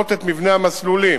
ולשנות את מבנה המסלולים,